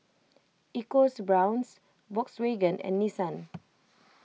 EcoBrown's Volkswagen and Nissan